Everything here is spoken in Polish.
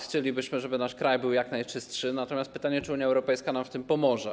Chcielibyśmy, żeby nasz kraj był jak najczystszy, natomiast pytanie, czy Unia Europejska nam w tym pomoże.